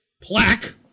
plaque